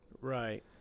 Right